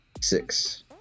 six